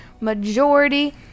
majority